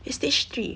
at stage three